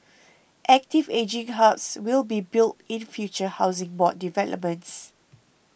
active ageing hubs will be built in future Housing Board developments